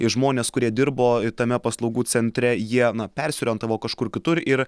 žmonės kurie dirbo tame paslaugų centre jie na persiorientavo kažkur kitur ir